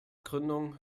gründung